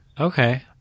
Okay